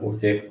Okay